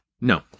No